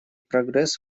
прогресс